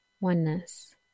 oneness